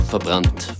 verbrannt